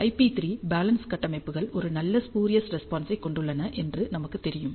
IP 3 balance கட்டமைப்புகள் ஒரு நல்ல ஸ்பூரியஸ் ரெஸ்பான்ஸ் ஐக் கொண்டுள்ளன என்று நமக்கு தெரியும்